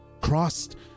crossed